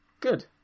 good